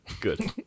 good